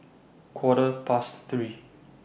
Quarter Past three